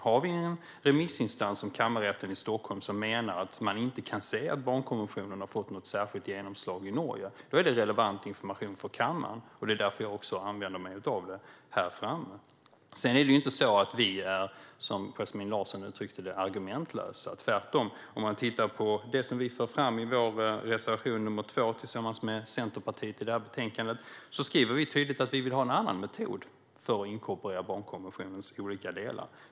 Vi har en remissinstans, Kammarrätten i Stockholm, som menar att den inte kan se att barnkonventionen har fått något särskilt genomslag i Norge. Det är relevant information för kammaren, och det är därför jag använder mig av det. Vi är inte, som Yasmine Larsson uttryckte det, argumentlösa - tvärtom! I vår reservation nr 2, som vi har lagt fram i betänkandet tillsammans med Centerpartiet, skriver vi tydligt att vi vill ha en annan metod för att inkorporera barnkonventionens olika delar.